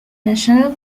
national